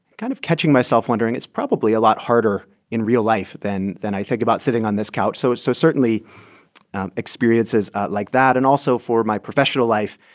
kind of catching myself wondering, it's probably a lot harder in real life than than i think about sitting on this couch. so it's so certainly experiences like that and also for my professional life,